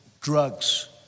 drugs